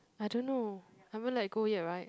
I don't know haven't let go yet right